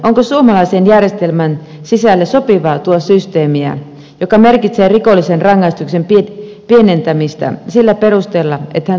onko suomalaisen järjestelmän sisälle sopivaa tuoda systeemiä joka merkitsee rikollisen rangaistuksen pienentämistä sillä perusteella että hän tunnustaa tekonsa